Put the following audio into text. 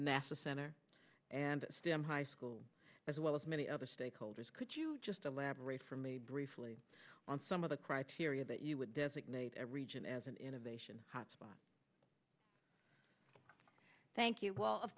nasa center and stem high school as well as many other stakeholders could you just elaborate for me briefly on some of the criteria that you would designate a region as an innovation hotspot thank you well of